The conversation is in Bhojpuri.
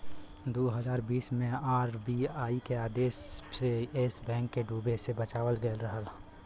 दू हज़ार बीस मे आर.बी.आई के आदेश से येस बैंक के डूबे से बचावल गएल रहे